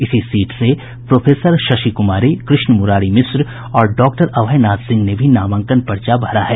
इसी सीट से प्रोफेसर शशि कुमारी कृष्ण मुरारी मिश्र और डॉक्टर अभय नाथ सिंह ने भी नामांकन पर्चा भरा है